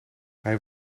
hij